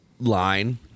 line